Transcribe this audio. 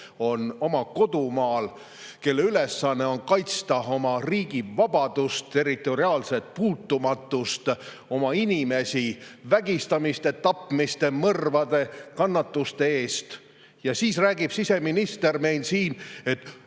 on oma kodumaal, kelle ülesanne on kaitsta oma riigi vabadust, territoriaalset puutumatust, oma inimesi vägistamiste, tapmiste, mõrvade, kannatuste eest. Ja siis räägib siseminister meil siin, et